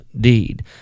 deed